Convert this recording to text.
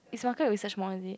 is marker research mod is it